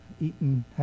eaten